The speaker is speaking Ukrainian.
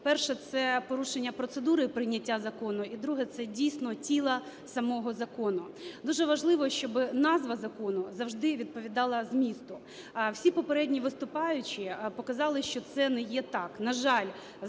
перший – це порушення процедури прийняття закону, і друге – це дійсно тіла самого закону. Дуже важливо, щоби назва закону завжди відповідала змісту. Всі попередні виступаючі показали, що це не є так.